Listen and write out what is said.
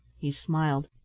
he smiled.